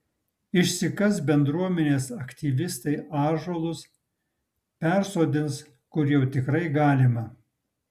išsikas bendruomenės aktyvistai ąžuolus persodins kur jau tikrai galima